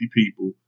people